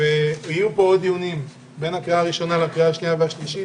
יהיו פה עוד דיונים בין הקריאה הראשונה לקריאה השנייה והשלישית,